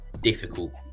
difficult